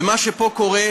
ומה שפה קרה,